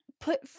Put